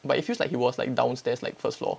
but it feels like he was like downstairs like first floor